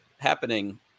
Happening